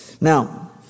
Now